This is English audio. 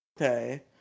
Okay